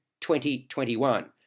2021